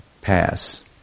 pass